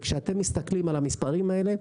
כשאתם מסתכלים על המספרים האלה,